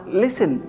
listen